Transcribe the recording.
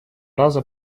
раза